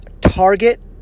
Target